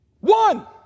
One